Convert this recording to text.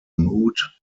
mood